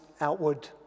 outward